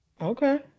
Okay